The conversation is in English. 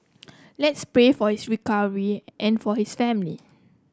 let's pray for his recovery and for his family